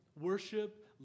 Worship